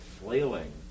flailing